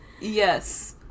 Yes